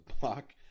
block